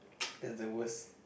that's the worst